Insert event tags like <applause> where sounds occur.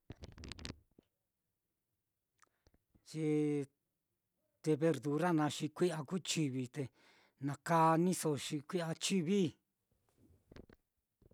<noise> ye verdura naá xi kui'ya kuu chivi, te na kaaniso xi kui'ya chivi.